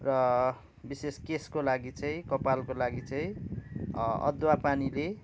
र विशेष केशको लागि चाहिँ कपालको लागि चाहिँ अदुवा पानीले